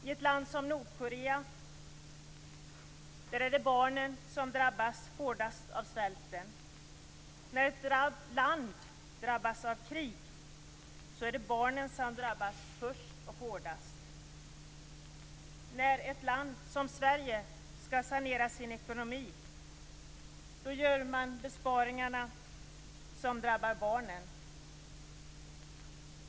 I ett land som Nordkorea är det barnen som drabbas hårdast av svälten. När ett land drabbas av krig är det barnen som drabbas först och hårdast. När ett land som Sverige skall sanera sin ekonomi gör man besparingar som drabbar barnen.